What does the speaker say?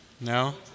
No